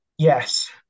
Yes